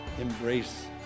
Embrace